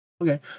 Okay